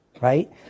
Right